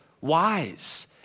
wise